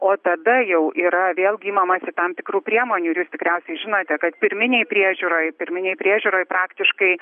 o tada jau yra vėlgi imamasi tam tikrų priemonių ir jūs tikriausiai žinote kad pirminei priežiūroj pirminei priežiūrai praktiškai